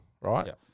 right